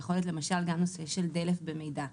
כאשר יכול להיות למשל גם נושא של דלף במידע,